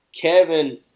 Kevin